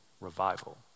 revival